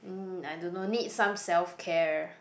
mm I don't know need some self-care